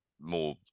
more